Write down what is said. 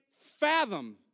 fathom